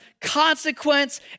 consequence